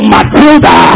Matilda